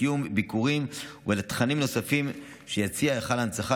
לקיום ביקורים ולתכנים נוספים שיציע היכל ההנצחה